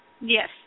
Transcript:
Yes